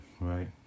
right